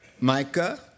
Micah